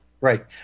Right